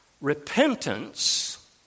repentance